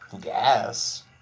gas